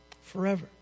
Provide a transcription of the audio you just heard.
forever